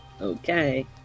Okay